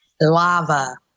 Lava